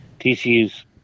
TCU's